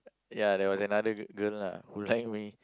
ya there was another girl lah who like me